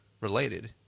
related